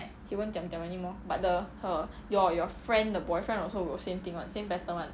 he won't diam diam anymore but the her your your friend the boyfriend also will same thing [one] same pattern [one]